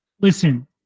Listen